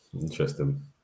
interesting